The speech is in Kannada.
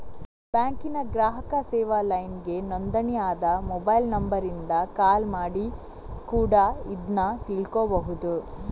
ಬ್ಯಾಂಕಿನ ಗ್ರಾಹಕ ಸೇವಾ ಲೈನ್ಗೆ ನೋಂದಣಿ ಆದ ಮೊಬೈಲ್ ನಂಬರಿಂದ ಕಾಲ್ ಮಾಡಿ ಕೂಡಾ ಇದ್ನ ತಿಳ್ಕೋಬಹುದು